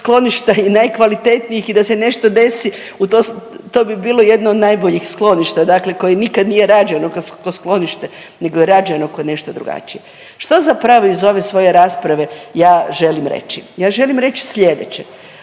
i najkvalitetnijih i da se nešto desi u to, to bi bilo jedno od najboljih skloništa dakle koje nikad nije rađeno ko sklonište nego je rađeno ko nešto drugačije. Što zapravo iz ove svoje rasprave ja želim reći? Ja želim reći slijedeće.